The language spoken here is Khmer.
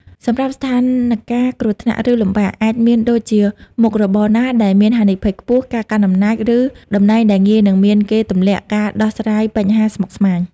សម្រាប់ស្ថានការណ៍គ្រោះថ្នាក់ ឬលំបាក អាចមានដូចជាមុខរបរណាដែលមានហានិភ័យខ្ពស់ ការកាន់អំណាច ឬតំណែងដែលងាយនឹងមានគេទម្លាក់ ការដោះស្រាយបញ្ហាស្មុគស្មាញ។